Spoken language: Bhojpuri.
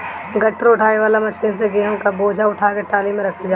गट्ठर उठावे वाला मशीन से गेंहू क बोझा उठा के टाली में रखल जाला